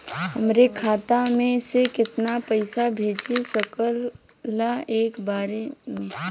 हमरे खाता में से कितना पईसा भेज सकेला एक बार में?